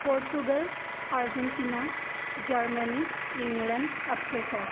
Portugal Argentina Germany England Africa